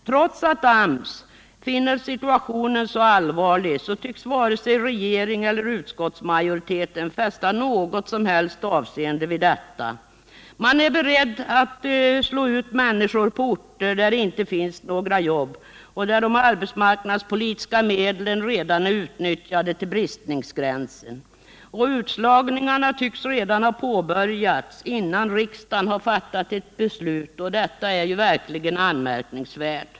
Trots att AMS finner situationen så allvarlig tycks varken regeringen eller utskottsmajoriteten fästa något avseende vid detta. Man är beredd att slå ut människor på orter där det inte finns några jobb och där de arbetsmarknadspolitiska medlen redan är utnyttjade till bristningsgränsen. Och utslagningarna tycks redan ha påbörjats, innan riksdagen fattat ett beslut. Detta är verkligen anmärkningsvärt.